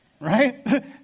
right